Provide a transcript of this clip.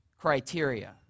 criteria